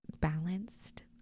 Balanced